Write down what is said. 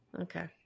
Okay